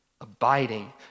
abiding